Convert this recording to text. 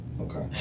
Okay